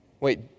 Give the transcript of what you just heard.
Wait